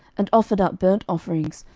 and offered up burnt offerings,